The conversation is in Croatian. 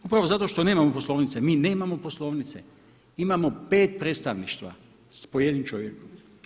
Upravo zato što nemamo poslovnice, mi nemamo poslovnice, imamo pet predstavništava s po jednim čovjekom.